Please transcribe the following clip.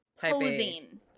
posing